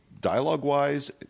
Dialogue-wise